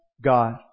God